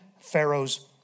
Pharaoh's